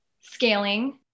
scaling